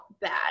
bad